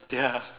ya